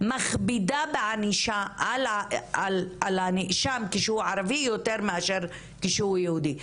מכבידה בענישה על הנאשם כשהוא ערבי יותר מאשר כשהוא יהודי.